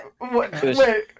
wait